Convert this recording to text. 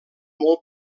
molt